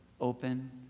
open